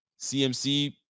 cmc